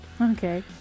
Okay